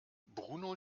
bruno